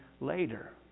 later